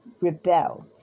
rebelled